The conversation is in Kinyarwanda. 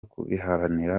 kubiharanira